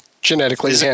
genetically